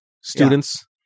students